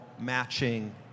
matching